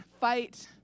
fight